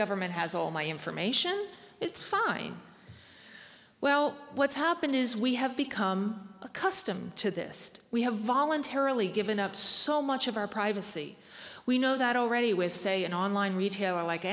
government has all my information it's fine well what's happened is we have become accustomed to this we have voluntarily given up so much of our privacy we know that already with say an online retailer like